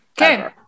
Okay